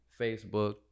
Facebook